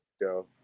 go